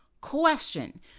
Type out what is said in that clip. question